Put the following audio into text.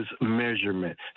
measurement